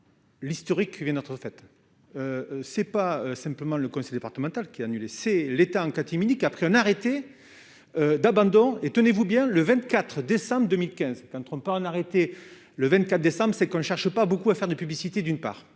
l'historique vient d'être faite, ce n'est pas simplement le comité départemental qui annulé, c'est l'État en catimini qu'a pris un arrêté d'abandon et tenez-vous bien, le 24 décembre 2015 ne trompe pas : on arrêté le 24 décembre c'est qu'on ne cherche pas beaucoup à faire de la publicité d'une part